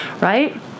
right